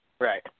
right